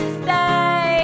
stay